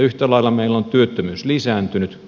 yhtä lailla meillä on työttömyys lisääntynyt